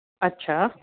अच्छा